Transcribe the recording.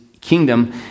kingdom